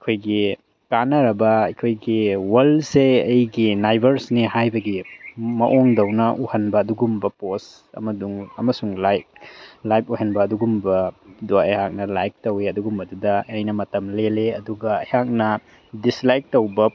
ꯑꯩꯈꯣꯏꯒꯤ ꯀꯥꯟꯅꯔꯕ ꯑꯩꯈꯣꯏꯒꯤ ꯋꯥꯔꯜꯁꯦ ꯑꯩꯒꯤ ꯅꯥꯏꯕꯔꯁꯅꯦ ꯍꯥꯏꯕꯒꯤ ꯃꯑꯣꯡꯗꯧꯅ ꯎꯍꯟꯕ ꯑꯗꯨꯒꯨꯝꯕ ꯄꯣꯁ ꯑꯃꯁꯨꯡ ꯂꯥꯏꯐ ꯑꯣꯏꯍꯟꯕ ꯑꯗꯨꯒꯨꯝꯕꯗꯣ ꯑꯩꯍꯥꯛꯅ ꯂꯥꯏꯛ ꯇꯧꯏ ꯑꯗꯨꯒꯨꯝꯕꯗꯨꯗ ꯑꯩꯅ ꯃꯇꯝ ꯂꯦꯜꯂꯦ ꯑꯗꯨꯒ ꯑꯩꯍꯥꯛꯅ ꯗꯤꯁꯂꯥꯏꯛ ꯇꯧꯕ